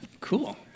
Cool